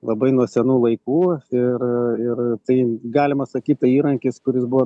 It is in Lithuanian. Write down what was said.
labai nuo senų laikų ir ir tai galima sakyt tai įrankis kuris buvo